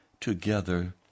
Together